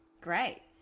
Great